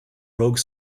rogue